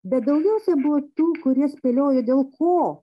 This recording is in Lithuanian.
bet daugiausiai buvo tų kurie spėliojo dėl ko